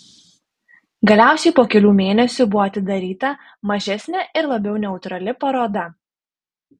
galiausiai po kelių mėnesių buvo atidaryta mažesnė ir labiau neutrali paroda